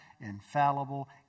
infallible